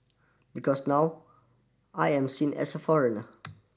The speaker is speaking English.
because now I am seen as a foreigner